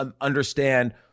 understand